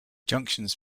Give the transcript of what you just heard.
junctions